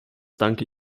danke